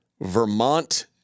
Vermont